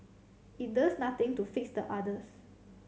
it does nothing to fix the others